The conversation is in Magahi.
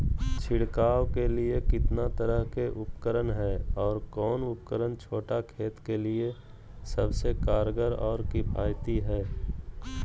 छिड़काव के लिए कितना तरह के उपकरण है और कौन उपकरण छोटा खेत के लिए सबसे कारगर और किफायती है?